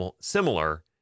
similar